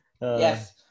Yes